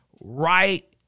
right